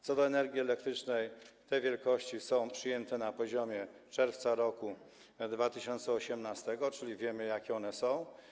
Co do energii elektrycznej, to te wielkości są przyjęte na poziomie z czerwca roku 2018, czyli wiemy, jakie one są.